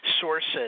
sources